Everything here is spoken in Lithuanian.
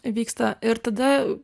vyksta ir tada